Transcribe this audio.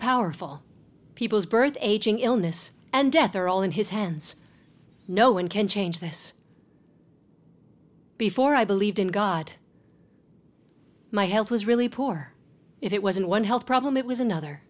powerful people's birth ageing illness and death are all in his hands no one can change this before i believed in god my health was really poor it wasn't one health problem it was another